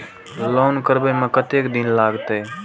Loan करबे में कतेक दिन लागते?